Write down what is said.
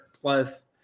plus